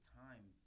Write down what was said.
time